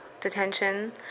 detention